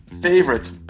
favorite